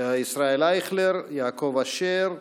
ישראל אייכלר, יעקב אשר,